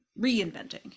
Reinventing